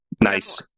Nice